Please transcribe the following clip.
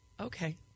Okay